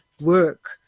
work